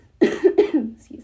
excuse